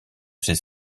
ses